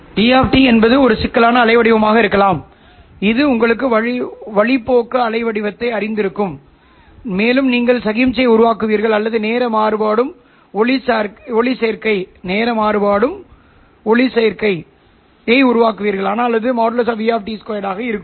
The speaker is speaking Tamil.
E என்பது ஒரு சிக்கலான அலைவடிவமாக இருக்கலாம் இது உங்களுக்கு வழிப்போக்க அலைவடிவத்தை அறிந்திருக்கும் மேலும் நீங்கள் சமிக்ஞையை உருவாக்குவீர்கள்அல்லது நேர மாறுபடும் ஒளிச்சேர்க்கை ஆனால் அது | E | 2 ஆக இருக்கும்